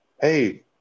hey